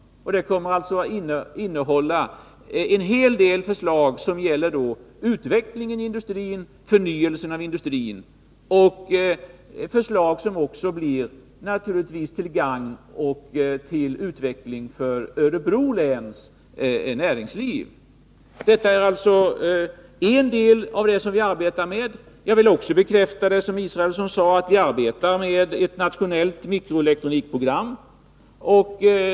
Propositionen kommer alltså att innehålla en hel del förslag som gäller utveckling och förnyelse av industrin, förslag som naturligtvis också blir till gagn för utvecklingen av Örebro läns näringsliv. Detta är en speciell del av det som vi arbetar med. Jag vill också bekräfta det som Per Israelsson sade om att vi arbetar med ett nationellt mikroelektronikprogram.